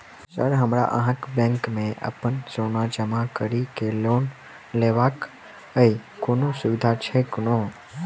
Sir हमरा अहाँक bank मे अप्पन सोना जमा करि केँ लोन लेबाक अई कोनो सुविधा छैय कोनो?